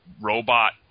robot